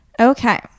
Okay